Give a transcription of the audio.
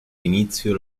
inizio